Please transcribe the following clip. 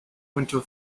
winter